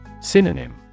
Synonym